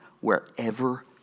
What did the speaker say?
wherever